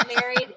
married